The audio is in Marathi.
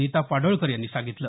निता पाडळकर यांनी सांगितलं